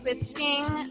Twisting